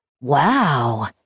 Wow